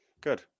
Good